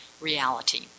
reality